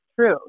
true